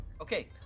Okay